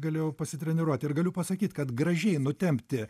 galėjau pasitreniruot ir galiu pasakyt kad gražiai nutempti